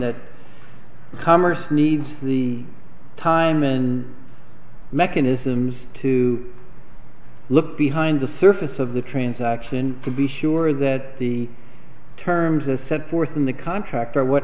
that commerce needs the time in mechanisms to look behind the surface of the transaction to be sure that the terms as set forth in the contract are what